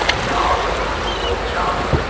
you know i was like old junk.